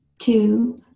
two